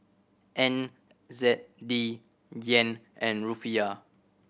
N Z D Yen and Rufiyaa